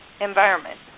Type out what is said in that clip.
environment